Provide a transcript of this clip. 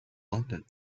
london